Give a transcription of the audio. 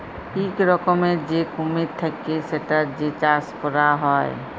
ইক রকমের যে কুমির থাক্যে সেটার যে চাষ ক্যরা হ্যয়